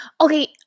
Okay